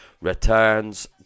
returns